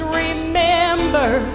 remember